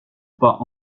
pas